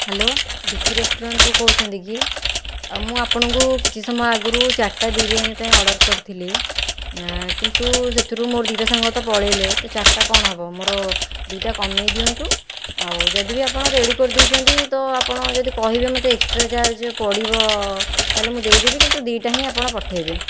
hello Vicky ରେଷ୍ଟୁରାଣ୍ଟରୁ କହୁଛନ୍ତି କି ମୁଁ ଆପଣଙ୍କୁ କିଛି ସମୟ ଆଗରୁ ଚାରିଟା ବିରିୟାନୀ ପାଇଁ ଅର୍ଡ଼ର କରିଥିଲି କିନ୍ତୁ ସେଥିରୁ ମୋର ଦୁଇ'ଟା ସାଙ୍ଗ ତ ପଳେଇଲେ ତ ଚାରିଟା କଣ ହେବ ମୋର ଦୁଇ'ଟା କମେଇ ଦିଅନ୍ତୁ ଆଉ ଯଦିଓ ଆପଣ ରେଡ଼ି କରିଦେଇଛନ୍ତି ତ ଆପଣ ଯଦି କହିବେ ମୋତେ ଏକ୍ସଟ୍ରା ଚାର୍ଜ ପଡ଼ିବ ତାହେଲେ ମୁଁ ଦେଇଦେବି କିନ୍ତୁ ଦୁଇ'ଟା ହିଁ ଆପଣ ପଠେଇଦେବେ